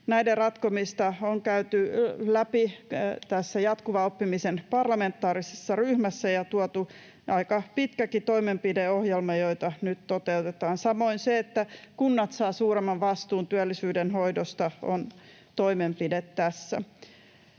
Näiden ratkomista on käyty läpi tässä jatkuvan oppimisen parlamentaarisessa ryhmässä ja tuotu aika pitkäkin toimenpideohjelma, jota nyt toteutetaan. Samoin toimenpiteenä tässä on, että kunnat saavat suuremman vastuun työllisyyden hoidosta. Tätä hallitusta